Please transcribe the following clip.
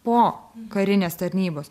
po karinės tarnybos